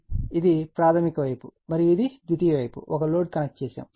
కాబట్టి ఇది ప్రాధమిక వైపు మరియు ఇది ద్వితీయ వైపు ఒక లోడ్ కనెక్ట్ చేయబడింది